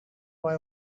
why